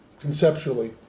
conceptually